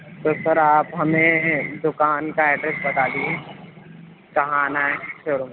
تو سر آپ ہمیں دُکان کا ایڈریس بتا دیجیے کہاں آنا ہے شو روم کا